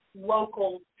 local